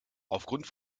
aufgrund